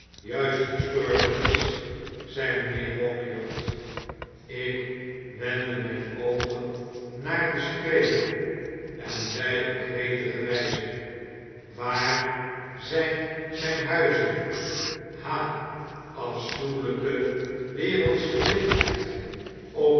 juist gestorven is zei mijnheer hawkyard ik wendde myn oogen naar den spreker en zei op gretige wyze waar zyn zyn huizen p ha